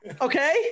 Okay